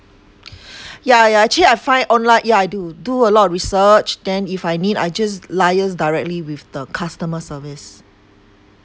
yeah yeah actually I find online yeah I do do a lot of research then if I need I just liaise directly with the customer service